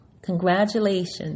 Congratulations